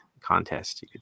contest